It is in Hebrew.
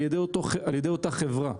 על ידי אותה חברה.